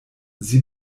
sie